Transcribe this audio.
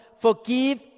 forgive